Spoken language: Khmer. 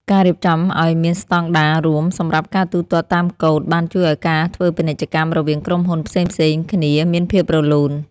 ការរៀបចំឱ្យមានស្តង់ដាររួមសម្រាប់ការទូទាត់តាមកូដបានជួយឱ្យការធ្វើពាណិជ្ជកម្មរវាងក្រុមហ៊ុនផ្សេងៗគ្នាមានភាពរលូន។